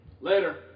Later